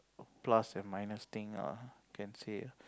plus and minus thing ah can say